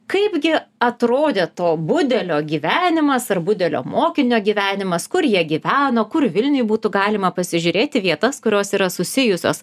kaipgi atrodė to budelio gyvenimas ar budelio mokinio gyvenimas kur jie gyveno kur vilniuj būtų galima pasižiūrėti vietas kurios yra susijusios